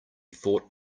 thought